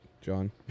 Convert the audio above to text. John